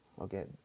okay